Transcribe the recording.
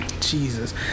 Jesus